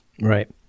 Right